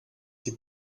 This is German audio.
die